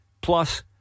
plus